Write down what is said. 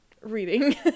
Reading